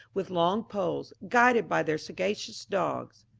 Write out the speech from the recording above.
with long poles, guided by their sagacious dogs.